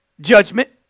judgment